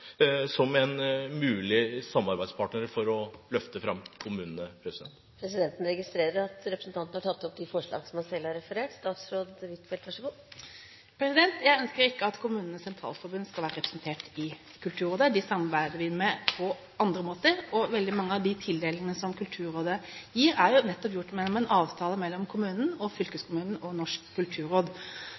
som en mulig samarbeidspartner for å løfte fram kommunene? Presidenten registrerer at representanten Ib Thomsen har tatt opp de forslagene han refererte til. Jeg ønsker ikke at KS skal være representert i Kulturrådet. Dem samarbeider vi med på andre måter. Veldig mange av de tildelingene som Kulturrådet gjør, er jo nettopp gjort ved en avtale mellom kommunen og fylkeskommunen og Norsk kulturråd.